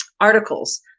articles